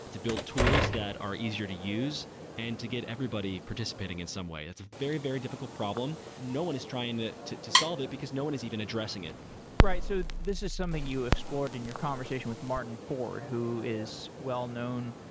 to build tools that are easier to use and to get everybody participating in some way. that's a very, very difficult problem. no one is trying to to solve it, because no one is even addressing it right, so this is something you explored in your conversation with martin ford, who is well known.